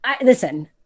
listen